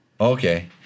Okay